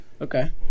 Okay